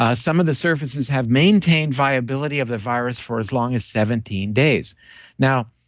ah some of the surfaces have maintained viability of the virus for as long as seventeen days now,